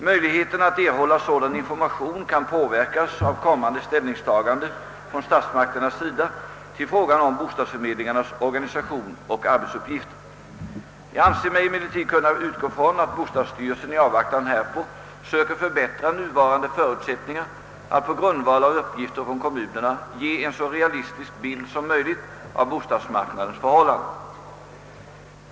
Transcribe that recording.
Möjligheterna att erhålla sådan information kan påverkas av kommande ställningstaganden från statsmakternas sida till frågan om bostadsförmedlingarnas organisation och arbetsuppgifter. Jag anser mig emellertid kunna utgå från att bostadsstyrelsen i avvaktan härpå söker förbättra nuvarande förutsättningar att på grundval av uppgifter från kommunerna ge en så realistisk bild som möjligt av bostadsmarknadens förhållanden.